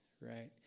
right